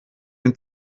den